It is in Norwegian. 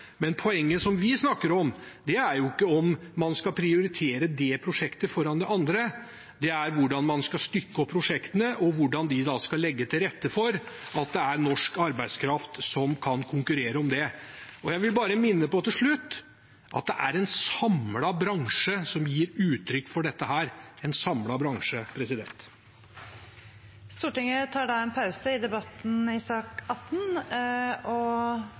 Men poenget som vi snakker om, er jo ikke om man skal prioritere det prosjektet foran det andre. Det er hvordan man skal stykke opp prosjektene, og hvordan man da skal legge til rette for at det er norsk arbeidskraft som kan konkurrere om det. Jeg vil til slutt bare minne om at det er en samlet bransje som gir uttrykk for dette – en samlet bransje. Debatten i sak nr. 18 fortsetter etter voteringen. Stortinget er da